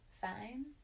fine